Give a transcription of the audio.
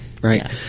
right